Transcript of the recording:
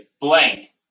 blank